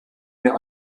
mehr